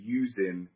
using